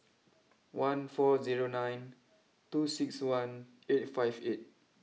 one four zero nine two six one eight five eight